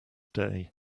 day